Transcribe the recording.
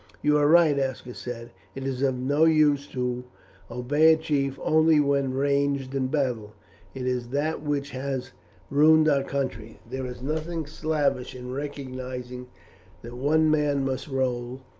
you are right, aska said. it is of no use to obey a chief only when ranged in battle it is that which has ruined our country. there is nothing slavish in recognizing that one man must rule,